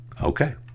Okay